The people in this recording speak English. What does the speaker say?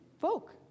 folk